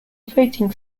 voting